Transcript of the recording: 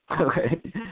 Okay